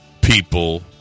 people